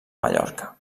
mallorca